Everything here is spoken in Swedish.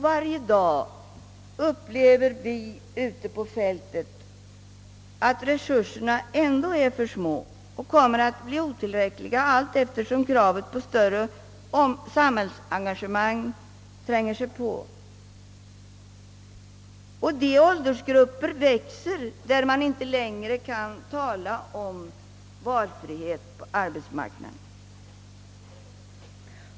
Varje dag upplever vi som är ute på fältet att resurserna ändå är för små och kommer att bli än mer otillräckliga, allteftersom kravet på större samhällsengagemang tränger sig på. De åldersgrupper växer, för vilka man inte längre kan tala om valfrihet på arbetsmarknaden.